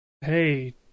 hey